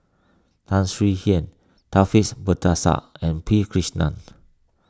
Tan Swie Hian Taufik Batisah and P Krishnan